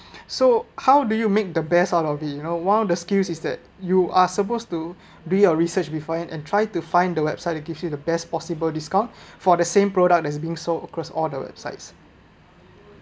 so how do you make the best out of the you know one of the skills is that you are supposed to do your research before and try to find the website it gives you the best possible discount for the same product as being so across all the websites